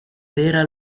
vera